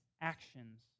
actions